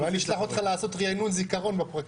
אולי נשלח אותך לעשות רעינון זיכרון בפרקליטות.